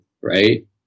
right